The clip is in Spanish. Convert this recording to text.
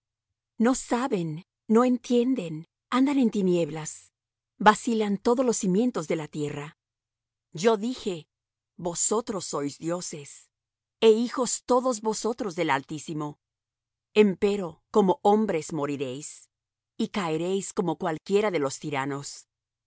no saben no entienden andan en tinieblas vacilan todos los cimientos de la tierra yo dije vosotros sois dioses e hijos todos vosotros del altísimo empero como hombres moriréis y caeréis como cualquiera de los tiranos